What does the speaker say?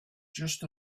just